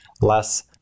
less